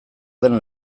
den